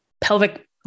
pelvic